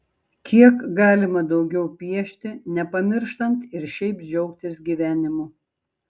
kiek galima daugiau piešti nepamirštant ir šiaip džiaugtis gyvenimu